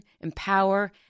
empower